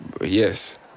yes